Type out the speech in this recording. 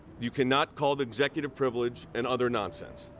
you cannot call executive privilege and other nonsense.